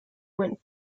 went